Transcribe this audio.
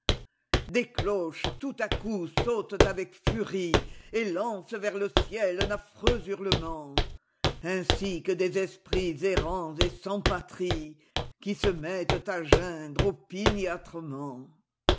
des cloches tout à coup sautent avec furieet lancent vers le ciel affreux hurlements ainsi que des esprits errants et sans patriequi se mettent à geindre